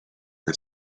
the